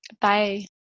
Bye